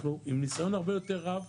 אנחנו עם נסיון הרבה יותר רב,